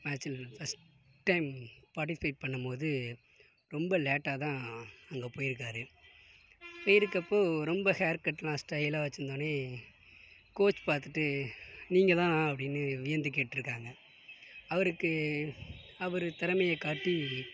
மேட்சில் first time participate பண்ணும்போது ரொம்ப லேட்டாக தான் அங்கே போயிருக்கார் போயிருக்கப்போ ரொம்ப ஹர் கட்லாம் ஸ்டைலாக வச்சிருந்தோனே கோச் பார்த்துட்டு நீங்க தான் அப்படின்னு வியந்தி கேட்டுருக்காங்க அவருக்கு அவரின் திறமையை காட்டி